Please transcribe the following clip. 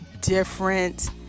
different